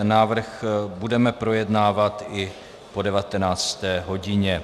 Návrh budeme projednávat i po 19. hodině.